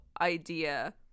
idea